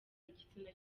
igitsina